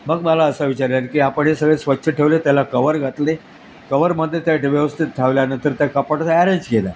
मग मला असा विचार आला की आपण हे सगळे स्वच्छ ठेवले त्याला कवर घातले कवरमध्ये त्या व्यवस्थित ठेवल्यानंतर त्या कपटात ॲरेंज केल्या